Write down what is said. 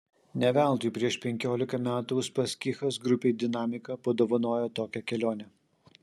ne veltui prieš penkiolika metų uspaskichas grupei dinamika padovanojo tokią kelionę